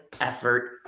effort